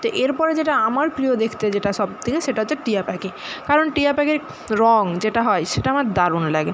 তো এরপরে যেটা আমার প্রিয় দেখতে যেটা সব থেকে সেটা হচ্ছে টিয়া পাখি কারণ টিয়া পাখির রঙ যেটা হয় সেটা আমার দারুণ লাগে